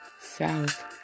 South